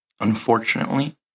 Unfortunately